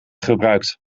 gebruikt